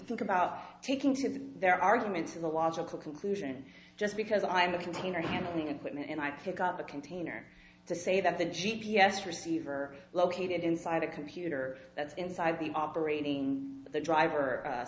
think about taking to their arguments a logical conclusion just because i am a container handling equipment and i pick up a container to say that the g p s receiver located inside a computer that's inside the operating the driver